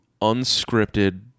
unscripted